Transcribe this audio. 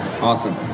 Awesome